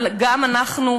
אבל גם אנחנו בתוכנו.